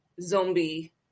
zombie